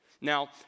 Now